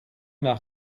nach